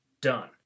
done